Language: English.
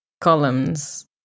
columns